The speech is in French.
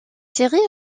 série